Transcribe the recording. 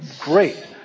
great